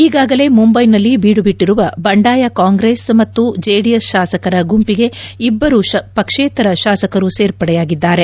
ಈಗಾಗಲೇ ಮುಂಬೈನಲ್ಲಿ ಬೀಡುಬಿಟ್ಲಿರುವ ಬಂಡಾಯ ಕಾಂಗ್ರೆಸ್ ಮತ್ತು ಜೆಡಿಎಸ್ ಶಾಸಕರ ಗುಂಪಿಗೆ ಇಬ್ಬರು ಪಕ್ಷೇತರ ಶಾಸಕರು ಸೇರ್ಪಡೆಯಾಗಿದ್ದಾರೆ